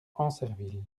ancerville